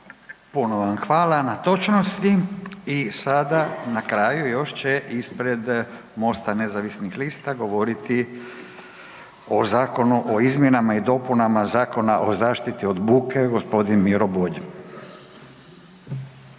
Puno vam hvala na točnosti i sada na kraju još će ispred MOST-a nezavisnih lista govoriti o Zakonu o izmjenama i dopunama Zakona o zaštiti od buke gospodin Miro Bulj.